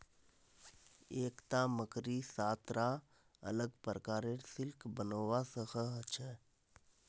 एकता मकड़ी सात रा अलग प्रकारेर सिल्क बनव्वा स ख छ